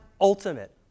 ultimate